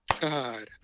God